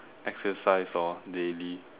exercise hor daily